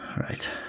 right